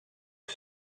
que